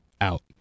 out